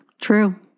True